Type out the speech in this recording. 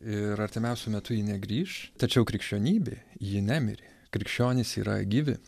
ir artimiausiu metu ji negrįš tačiau krikščionybė ji nemirė krikščionys yra gyvi